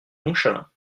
montchalin